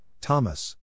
Thomas